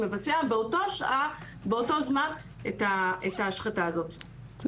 195, וסעיף 196 שזה השחתת פני